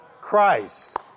Christ